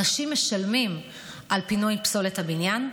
אנשים משלמים על פינוי פסולת הבניין,